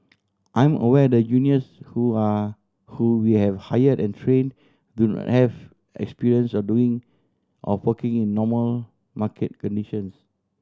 I'm aware the juniors who are who we have hired and trained don't have experience of doing of working in normal market conditions